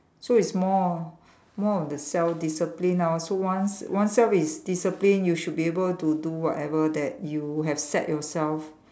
so it's more more of the self discipline ah so once once self is disciplined you should be able to do whatever that you have set yourself